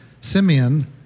Simeon